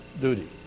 duty